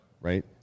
Right